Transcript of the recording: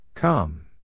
Come